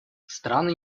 страны